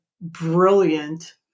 brilliant